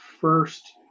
first